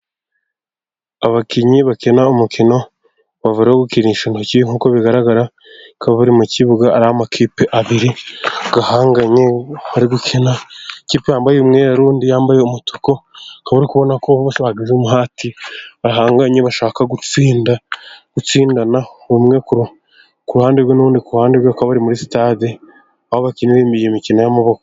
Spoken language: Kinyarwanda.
Abakinnyi bakina umukino wa vore, wo gukinisha intoki nk'uko bigaragara, bakaba bari mu kibuga, ari amakipe abiri ahanganye, bari gukina ikipe yambaye umweru, undi yambaye umutuku, ukaba uri kubona ko bose bagize umuhati bahanganye, bashaka gutsindana, umwe ku ruhande rwe, n'undi ku ruhande rwe, bakaba bari muri sitade, aho imikino y'amaboko.